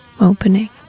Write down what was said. opening